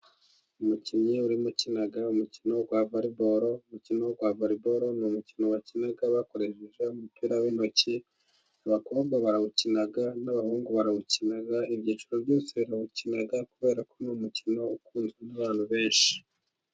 Umukinnyi urimo ukina umukino wa voreboro， umukino wa voriboro， ni umukino bakina bakoresheje umupira w'intoki， abakobwa barawukina， n'abahungu barawukina. Ibyiciro byose barawukina，kubera ko， ni umukino ukunzwe n'abantu benshi.